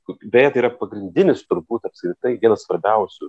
beje tai yra pagrindinis turbūt apskritai vienas svarbiausių